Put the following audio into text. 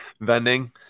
Vending